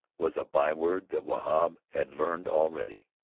was a byword that wahb had learned already.